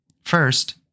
First